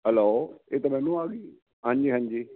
hello ਇਹ ਤਾਂ ਮੈਨੂੰ ਆ ਗਈ ਹਾਂਜੀ ਹਾਂਜੀ